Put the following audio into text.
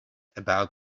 about